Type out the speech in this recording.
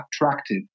attractive